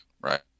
right